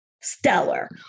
stellar